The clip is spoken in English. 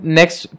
next